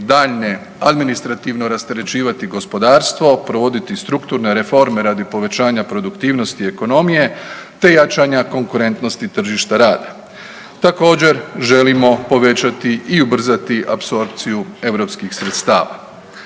daljnje administrativno rasterećivati gospodarstvo, provoditi strukturne reforme radi povećanja produktivnosti ekonomije te jačanja konkurentnosti tržišta rada. Također želimo povećati i ubrzati apsorpciju europskih sredstava.